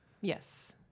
Yes